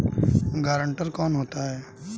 Guarantor कौन होता है?